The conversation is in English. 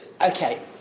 Okay